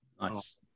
Nice